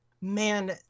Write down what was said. Man